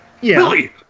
Billy